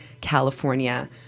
California